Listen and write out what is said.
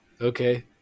okay